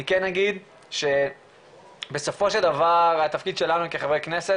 אני כן אגיד שבסופו של דבר התפקיד שלנו כחברי כנסת,